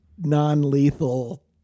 non-lethal